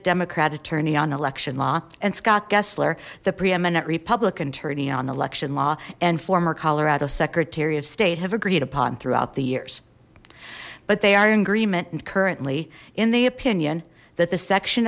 democrat attorney on election law and scott kessler the preeminent republican attorney on election law and former colorado secretary of state have agreed upon throughout the years but they are in greement and currently in the opinion that the section